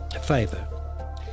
favor